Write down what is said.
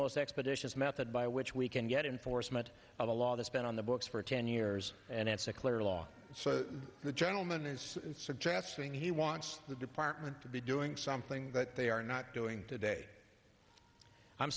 most expeditious method by which we can get in force much of a law that's been on the books for ten years and it's a clear law so the gentleman is suggesting he wants the department to be doing something that they are not doing today i'm